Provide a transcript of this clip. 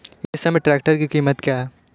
इस समय ट्रैक्टर की कीमत क्या है?